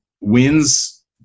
wins